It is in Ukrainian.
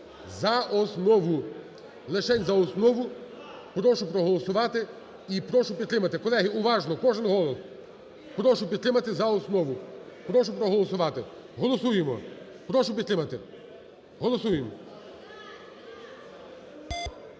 за основу, лишень за основу. Прошу проголосувати і прошу підтримати. Колеги, уважно кожен голос, прошу підтримати за основу. Прошу проголосувати. Голосуємо. Прошу підтримати. Голосуємо.